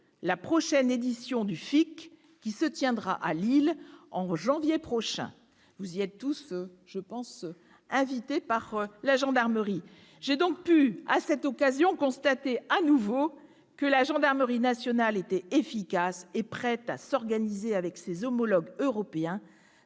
la prochaine édition du FIC, qui se tiendra à Lille, en janvier prochain. Vous y êtes tous invités, je pense, par la gendarmerie. J'ai donc pu à cette occasion constater à nouveau que la gendarmerie nationale était efficace et prête à s'organiser avec ses homologues européens,